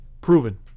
proven